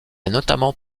notamment